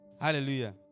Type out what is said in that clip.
Hallelujah